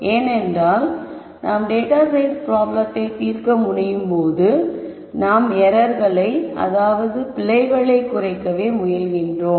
ஏனென்றால் நாம் data science ப்ராப்ளத்தை தீர்க்க முனையும் போது நாம் பிழைகளை குறைக்கவே முயல்கின்றோம்